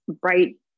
bright